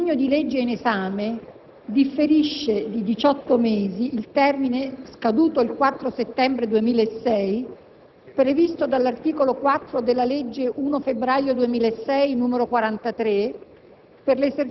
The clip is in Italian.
Onorevoli senatori, il disegno di legge in esame differisce di diciotto mesi il termine, scaduto il 4 settembre 2006,